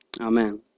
Amen